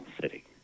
city